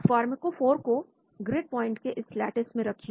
अब फार्माकोफॉर को grid point के इस lattice में रखिए